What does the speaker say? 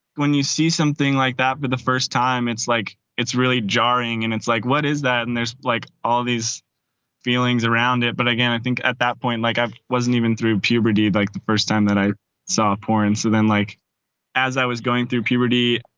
when you see something like that. but the first time, it's like it's really jarring and it's like, what is that? and there's like all these feelings around it. but again, i think at that point, like, i wasn't even through puberty like the first time that i saw porn. so then like as i was going through puberty,